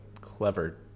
clever